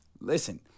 listen